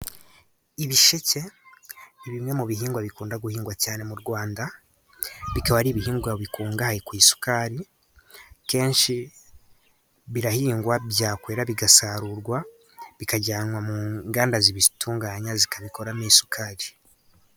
Ibisheke ni bimwe mu bihingwa bikunda guhingwa cyane mu Rwanda. Bikaba ari ibihingwa bikungahaye ku isukari. Kenshi birahingwa byakwera bigasarurwa, bikajyanwa mu nganda zibitunganya, zikabikoramo isukari.